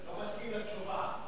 לא מסכים לתשובה.